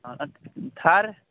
ହଁ ଥାର୍